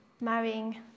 marrying